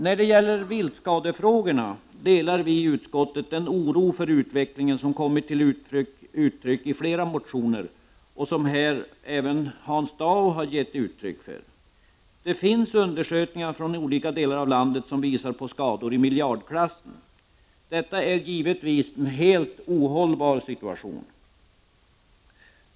När det gäller viltskadefrågorna delar vi i utskottet den oro för utvecklingen som kommit till uttryck i flera motioner och som även Hans Dau här har givit uttryck för. Det finns undersökningar från olika delar av landet som visar på skador i miljardklassen. Detta är givetvis en helt ohållbar situation.